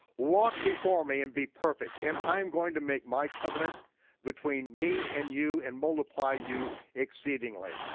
walk before me and be perfect, and i'm going to make my covenant between me and you and multiply you exceedingly.